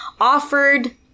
offered